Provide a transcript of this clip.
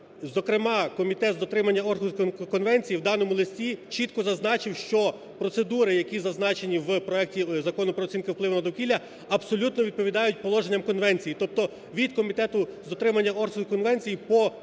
Зокрема, комітет з дотримання Орхуськії конвенції в даному листі чітко зазначив, що процедури, які зазначені в проекті Закону про оцінку впливу на довкілля абсолютно відповідають положенням конвенції. Тобто від комітету з дотримання Орхуської конвенції по проекту